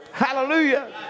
Hallelujah